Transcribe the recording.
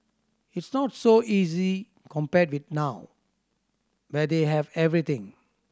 it's not so easy compared with now where they have everything